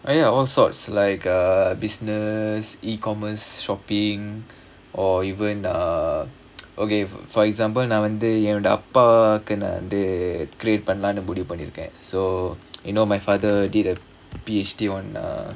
oh ya all sorts like uh business E-commerce shopping or even uh okay for example நான் வந்து என்னோட அப்பாக்கு வந்து:naan vandhu ennoda appakku vandhu create பண்ணலாம்னு முடிவு பண்ணிருக்கேன்:pannalaamnu mudivu pannirukkaen so you know my father did a P_H_D on uh